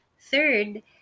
third